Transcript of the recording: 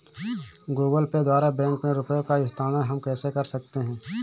Google Pay द्वारा bank में रुपयों का स्थानांतरण हम कैसे कर सकते हैं?